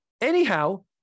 anyhow